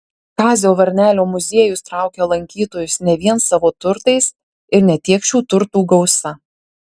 kazio varnelio muziejus traukia lankytojus ne vien savo turtais ir ne tiek šių turtų gausa